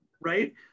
Right